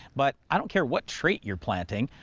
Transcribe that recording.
but i don't care what trait you're planting,